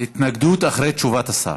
התנגדות אחרי תשובת השר.